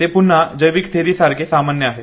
जे पुन्हा जैविक थेअरी सारखे सामान्य आहे